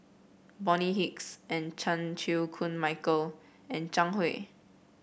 Bonny Hicks and Chan Chew Koon Michael and Zhang Hui